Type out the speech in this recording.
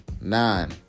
Nine